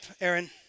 Aaron